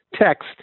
text